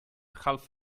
half